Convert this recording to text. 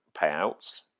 payouts